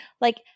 Like-